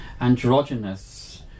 androgynous